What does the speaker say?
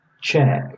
check